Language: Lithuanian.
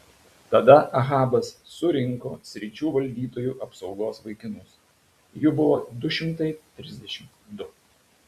tada ahabas surinko sričių valdytojų apsaugos vaikinus jų buvo du šimtai trisdešimt du